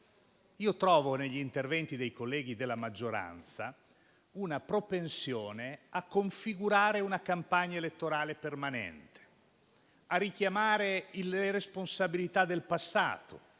negli interventi dei colleghi della maggioranza, riscontro una propensione a configurare una campagna elettorale permanente e a richiamare le responsabilità del passato,